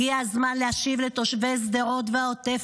הגיע הזמן להשיב לתושבי שדרות והעוטף